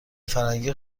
فرنگی